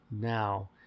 now